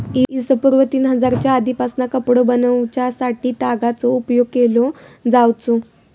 इ.स पूर्व तीन हजारच्या आदीपासना कपडो बनवच्यासाठी तागाचो उपयोग केलो जावचो